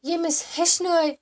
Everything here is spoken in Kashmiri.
ییٚمۍ أسۍ ہیٚچھنٲے